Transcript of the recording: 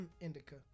Indica